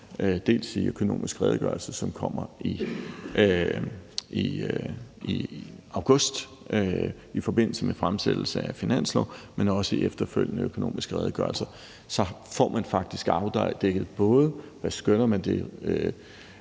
dels i Økonomisk Redegørelse, som kommer i august i forbindelse med fremsættelse af finansloven, dels i efterfølgende Økonomiske Redegørelser. Så får man faktisk både afdækket, hvad man skønner det